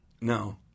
No